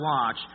watch